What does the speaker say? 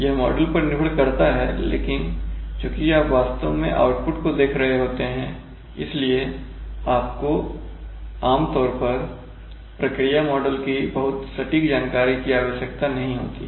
यह मॉडल पर निर्भर करता है लेकिन चुकी आप वास्तव में आउटपुट को देख रहे होते हैं इसलिए आपको आमतौर पर प्रक्रिया मॉडल की बहुत सटीक जानकारी की आवश्यकता नहीं होती है